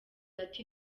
ati